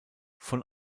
von